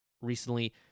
recently